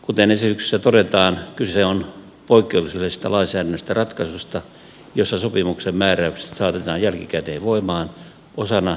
kuten esityksessä todetaan kyse on poikkeuksellisesta lainsäädännöstä ratkaisusta jossa sopimuksen määräykset saatetaan jälkikäteen voimaan osana järjestelyä koskevaa voimaansaattamislakia